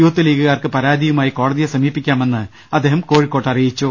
youth ലീഗുകാർക്ക് പരാതി യുമായി കോടതിയെ സമീപിക്കാമെന്ന് അദ്ദേഹം കോഴിക്കോട്ട് അറി യിച്ചു